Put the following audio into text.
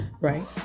right